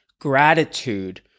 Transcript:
Gratitude